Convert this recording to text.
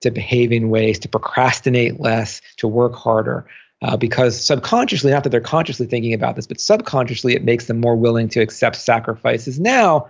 to behave in ways, to procrastinate less, to work harder because subconsciously, not that they're consciously thinking about this, but subconsciously, it makes them more willing to accept sacrifices now